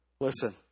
listen